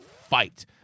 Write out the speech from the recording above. fight